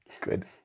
Good